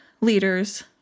leader's